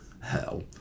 hell